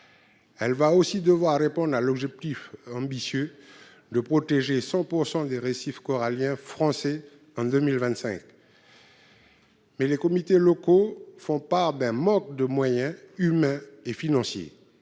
Elle devra aussi répondre à l'objectif ambitieux de protéger 100 % des récifs coralliens français en 2025. Toutefois, les comités locaux font part d'un manque de moyens humains et financiers.